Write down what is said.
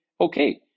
okay